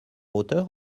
auteur